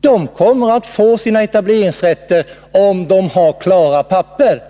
De kommer att få sina etableringsrättigheter om de har klara papper.